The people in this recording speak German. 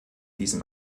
diesem